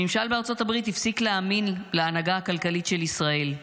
הממשל בארצות הברית הפסיק להאמין להנהגה הכלכלית של ישראל,